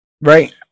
right